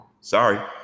Sorry